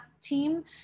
team